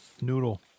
Noodle